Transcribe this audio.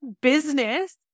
business